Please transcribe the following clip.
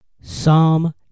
Psalm